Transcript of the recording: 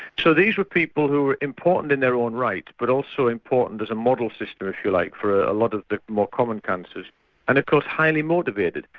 so these were people who were important in their own right but also important as a model system if you like for a lot of the more common cancers and of course highly motivated,